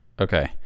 Okay